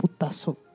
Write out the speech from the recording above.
putazo